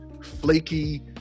flaky